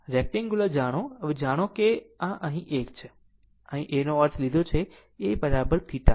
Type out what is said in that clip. rectangle જાણો સામાન્ય રીતે જાણો કે આ અહીં એક છે મેં અહીં A નો અર્થ લીધો છે A theta